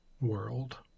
world